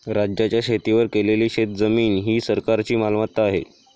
राज्याच्या शेतीवर केलेली शेतजमीन ही सरकारची मालमत्ता आहे